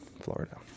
Florida